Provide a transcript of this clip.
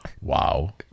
wow